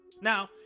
Now